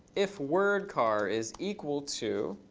if wordchar is equal to